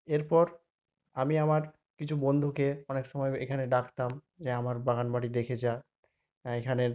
এরপর আমি আমার কিছু বন্ধুকে অনেক সময় এখানে ডাকতাম যে আমার বাগান বাড়ি দেখে যা এখানের